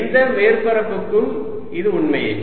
எந்த மேற்பரப்புக்கும் இது உண்மையே